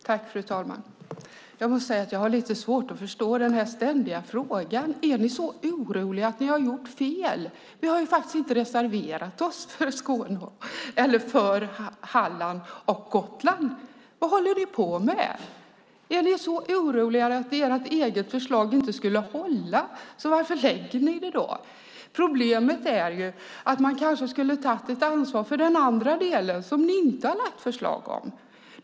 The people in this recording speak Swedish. Fru talman! Jag måste säga att jag har lite svårt att förstå denna ständiga fråga. Är ni så oroliga att ni har gjort fel? Vi har faktiskt inte reserverat oss mot Halland och Gotland. Vad håller ni på med? Är ni så oroliga att ert eget förslag inte skulle hålla? Varför lägger ni då fram det? Problemet är att man kanske skulle ha tagit ansvar för den andra delen, som ni inte har lagt fram förslag om.